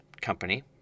company